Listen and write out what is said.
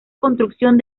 construcción